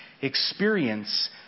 experience